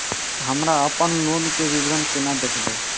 हमरा अपन लोन के विवरण केना देखब?